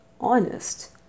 honest